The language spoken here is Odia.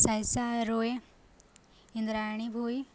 ସାଇସା ରୋୟେ ଇନ୍ଦ୍ରାଣୀ ଭୋଇ